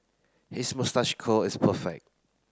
his moustache curl is perfect